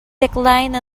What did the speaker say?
declined